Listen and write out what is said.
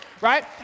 right